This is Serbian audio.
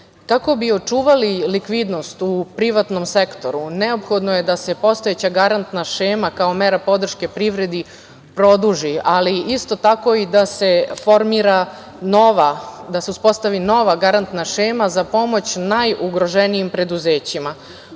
bi očuvali likvidnost u privatnom sektoru neophodno je da se postojeća garantna šema, kao mera podrške privredi produži, ali isto i tako da se formira nova garantna šema za pomoć najugroženijim preduzećima. Podsetiću